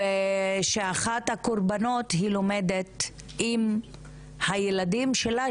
היא גם אמרה לי שאחת הקורבנות לומדת עם הילדים שלה,